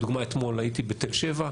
לדוגמה אתמול הייתי בתל שבע,